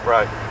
Right